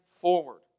forward